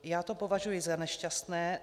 Já to považuji za nešťastné.